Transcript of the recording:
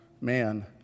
man